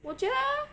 我觉得